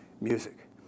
music